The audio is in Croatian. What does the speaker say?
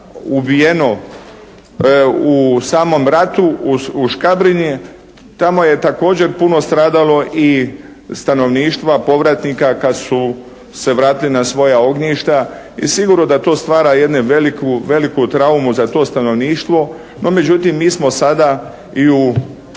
ubijeno u samom ratu u Škabrinji, tamo je također puno stradalo i stanovništva povratnika kad su se vratili na svoja ognjišta i sigurno da to stvara jednu veliku traumu za to stanovništvo. No, međutim mi smo sada i